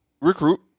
recruit